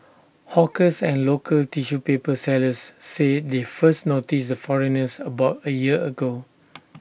hawkers and local tissue paper sellers said they first noticed the foreigners about A year ago